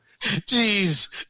Jeez